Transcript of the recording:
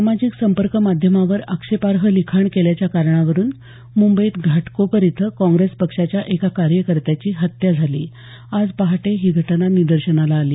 सामाजिक संपर्क माध्यमावर आक्षेपार्ह लिखाण केल्याच्या कारणावरुन मुंबईत घाटकोपर इथं काँग्रेस पक्षाच्या एका कार्यकर्त्याची हत्या झाली आज पहाटे ही घटना निदर्शनास आली